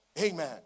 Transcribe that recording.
Amen